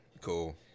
Cool